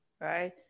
Right